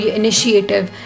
initiative